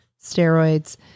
steroids